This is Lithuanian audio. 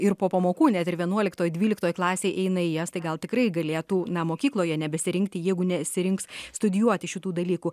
ir po pamokų net ir vienuoliktoj dvyliktoj klasėj eina į jas tai gal tikrai galėtų na mokykloje nebesirinkti jeigu nesirinks studijuoti šitų dalykų